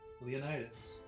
Leonidas